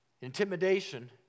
Intimidation